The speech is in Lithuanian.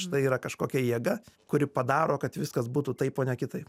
štai yra kažkokia jėga kuri padaro kad viskas būtų taip o ne kitaip